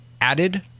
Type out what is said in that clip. added